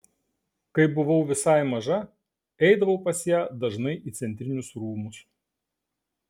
kai buvau visai maža eidavau pas ją dažnai į centrinius rūmus